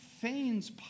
feigns